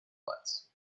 lights